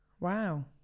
Wow